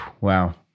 Wow